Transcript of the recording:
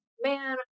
man